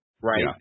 right